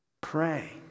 Pray